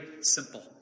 simple